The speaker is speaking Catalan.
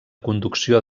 conducció